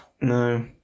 No